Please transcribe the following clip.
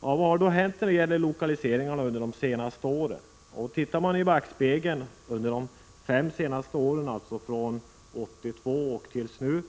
Vad har då hänt när det gäller lokaliseringar under de senaste åren? Vi kan titta i backspegeln på de fem senaste åren, från 1982 och framåt.